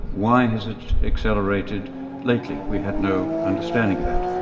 why has it accelerated lately? we had no understanding of that.